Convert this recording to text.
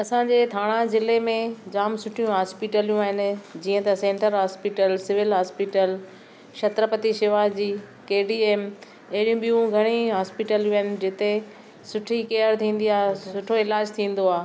असांजे थाणा ज़िले में जाम सुठियूं हॉस्पिटलूं आहिनि जीअं त central hospital civil hospital Chhatrapati Shivaji KDM अहिड़ी ॿियूं घणेई हॉस्पिटलूं आहिनि जिथे सुठी केयर थींदी आहे सुठो इलाज़ थींदो आहे